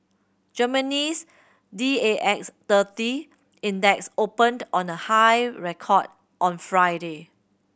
Germany's D A X thirty Index opened on a high record on Friday